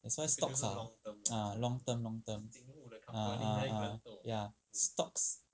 that's why stocks are ah long term long term ah ah ah ya stocks